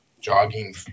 jogging